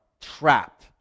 Trapped